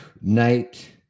night